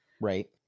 right